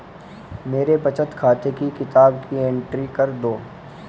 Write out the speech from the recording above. मेरे बचत खाते की किताब की एंट्री कर दो?